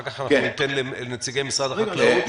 אחר כך ניתן לנציגי משרד החקלאות.